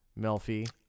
Melfi